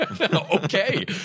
Okay